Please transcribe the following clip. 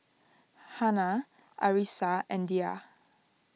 Hana Arissa and Dhia